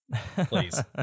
Please